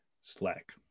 Slack